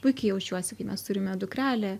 puikiai jaučiuosi kai mes turime dukrelę